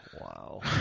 Wow